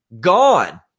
gone